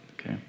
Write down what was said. Okay